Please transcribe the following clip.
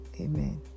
Amen